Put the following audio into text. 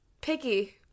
picky